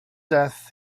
death